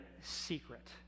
secret